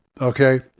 okay